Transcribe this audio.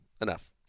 enough